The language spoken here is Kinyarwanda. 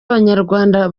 abanyarwanda